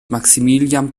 maximilian